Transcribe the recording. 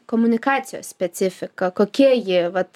komunikacijos specifika kokia ji vat